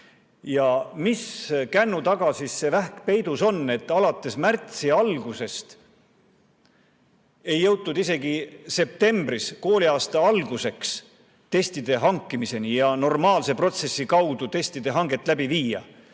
Mis kännu taga siis see vähk peidus on? Märtsi algusest alates ei jõutud isegi septembriks, kooliaasta alguseks testide hankimiseni ja ei jõutud normaalse protsessi kaudu testide hanget läbi viia,